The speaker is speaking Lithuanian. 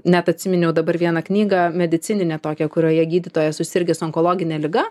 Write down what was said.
net atsiminiau dabar vieną knygą medicininę tokią kurioje gydytojas susirgęs onkologine liga